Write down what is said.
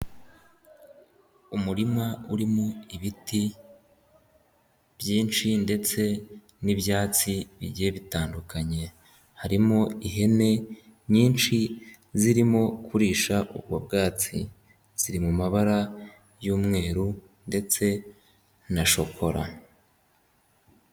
Umurima urimo ibiti byinshi ndetse n'ibyatsi bijyiye bitandukanye, harimo ihene nyinshi zirimo kurisha uwo bwatsi, ziri mu mabara y'umweru ndetse na shokora.